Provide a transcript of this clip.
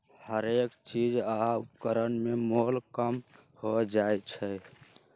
हरेक चीज आ उपकरण में मोल कम हो जाइ छै